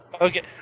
Okay